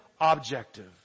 objective